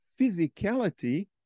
physicality